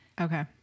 Okay